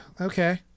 Okay